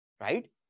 Right